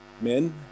men